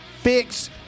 fix